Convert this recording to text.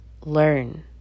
learn